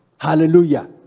Hallelujah